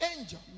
angel